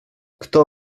kto